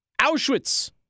Auschwitz